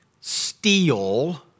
steal